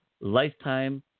Lifetime